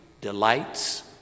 delights